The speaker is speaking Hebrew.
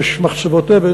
יש מחצבות אבן,